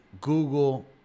Google